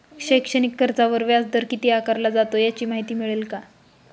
शैक्षणिक कर्जावर व्याजदर किती आकारला जातो? याची माहिती मिळेल का?